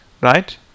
right